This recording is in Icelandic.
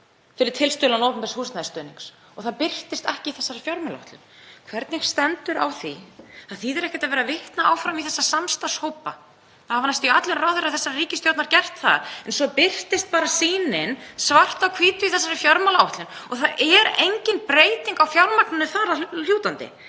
fyrir tilstuðlan opinbers húsnæðisstuðnings …“ Það birtist ekki í þessari fjármálaáætlun. Hvernig stendur á því? Það þýðir ekkert að vera að vitna áfram í þessa samstarfshópa. Það hafa næstum því allir ráðherrar þessarar ríkisstjórnar gert það en svo birtist bara sýnin svart á hvítu í þessari fjármálaáætlun og það er engin breyting á fjármagninu þar að lútandi.